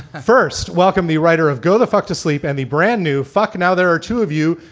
first, welcome the writer of go the fuck to sleep and the brand new fuck. now there are two of you,